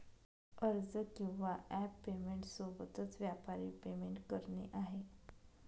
अर्ज किंवा app payment सोबतच, व्यापारी पेमेंट करणे आहे